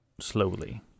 slowly